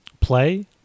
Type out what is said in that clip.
Play